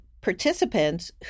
participants